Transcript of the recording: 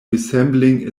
resembling